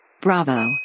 Bravo